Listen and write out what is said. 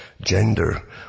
gender